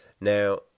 Now